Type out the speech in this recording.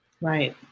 Right